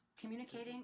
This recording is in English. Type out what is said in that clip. communicating